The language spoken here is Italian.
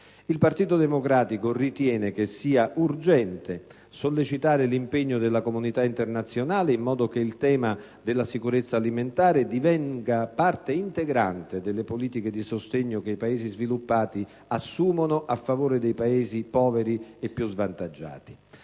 Il Partito Democratico ritiene che sia urgente sollecitare l'impegno della comunità internazionale in modo che il tema della sicurezza alimentare divenga parte integrante delle politiche di sostegno che i Paesi sviluppati assumono a favore dei paesi più poveri e svantaggiati.